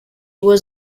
was